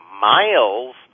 miles